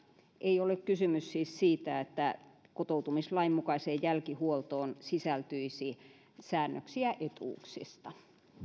ei ole kysymys siis siitä että kotoutumislain mukaiseen jälkihuoltoon sisältyisi säännöksiä etuuksista